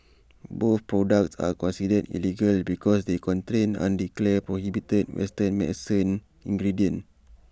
both products are considered illegal because they contain undeclared prohibited western medicinal ingredients